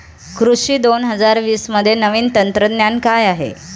कृषी दोन हजार वीसमध्ये नवीन तंत्रज्ञान काय आहे?